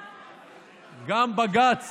יועז, יש הסכמה, גם בג"ץ